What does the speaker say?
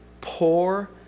poor